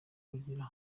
kugira